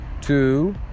two